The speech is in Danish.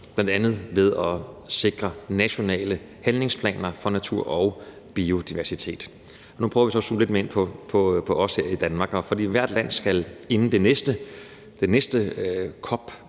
bl.a. ved at sikre nationale handlingsplaner for natur og biodiversitet. Nu prøver vi så at zoome lidt mere ind på os i Danmark. Hvert land skal inden den næste COP,